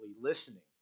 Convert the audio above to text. listening